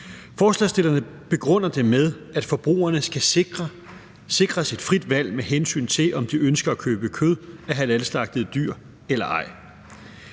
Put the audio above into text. Forslagsstillerne begrunder det med, at forbrugerne skal sikres et frit valg, med hensyn til om de ønsker at købe kød fra halalslagtede dyr eller ej.